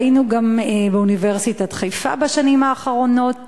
ראינו גם באוניברסיטת חיפה בשנים האחרונות